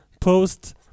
post